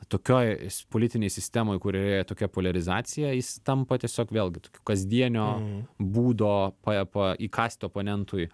tokioj politinėj sistemoj kurioje tokia poliarizacija jis tampa tiesiog vėlgi tokiu kasdienio būdo pa pa įkąst oponentui